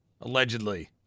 Allegedly